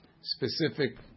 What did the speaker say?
specific